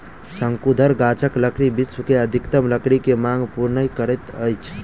शंकुधर गाछक लकड़ी विश्व के अधिकतम लकड़ी के मांग पूर्ण करैत अछि